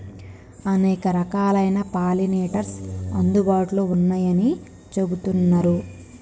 అనేక రకాలైన పాలినేటర్స్ అందుబాటులో ఉన్నయ్యని చెబుతున్నరు